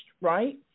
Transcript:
right